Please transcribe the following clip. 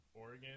oregon